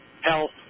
health